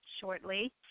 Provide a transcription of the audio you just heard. shortly